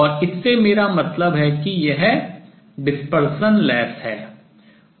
और इससे मेरा मतलब है कि यह परिक्षेपण रहित है